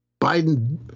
Biden